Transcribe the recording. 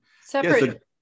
Separate